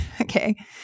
Okay